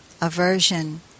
aversion